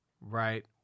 right